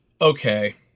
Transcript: okay